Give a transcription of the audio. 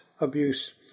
abuse